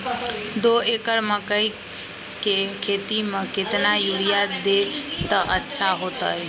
दो एकड़ मकई के खेती म केतना यूरिया देब त अच्छा होतई?